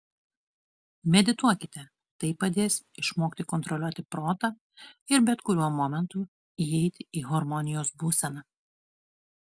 medituokite tai padės išmokti kontroliuoti protą ir bet kuriuo momentu įeiti į harmonijos būseną